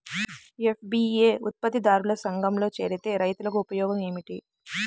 FPO ఉత్పత్తి దారుల సంఘములో చేరితే రైతులకు ఉపయోగము ఏమిటి?